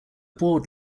board